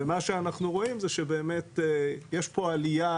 ומה שאנחנו רואים זה שבאמת יש פה עלייה